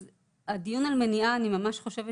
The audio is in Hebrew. אז הדיון על מניעה אני ממש חושבת